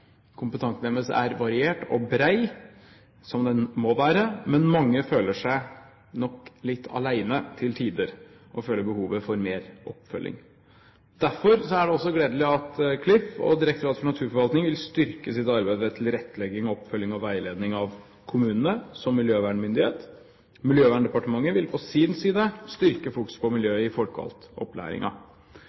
er variert og bred, som den må være, men mange føler seg nok litt alene til tider og føler behov for mer oppfølging. Derfor er det også gledelig at Klima- og forurensningsdirektoratet og Direktoratet for naturforvaltning vil styrke sitt arbeid med tilrettelegging, oppfølging og veiledning av kommunene som miljøvernmyndighet. Miljøverndepartementet vil på sin side styrke fokuset på miljøet i